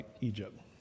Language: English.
Egypt